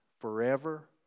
forever